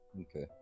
Okay